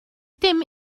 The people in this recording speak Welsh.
dim